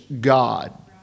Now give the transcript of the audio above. God